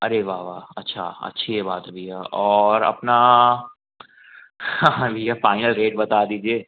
आरे वाह वाह अच्छा अच्छी बात है भैया और अपना हाँ हाँ भैया फ़ाइनल रेट बता दीजिए